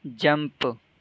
jump